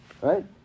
Right